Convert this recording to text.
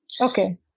Okay